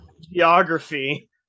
geography